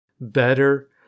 better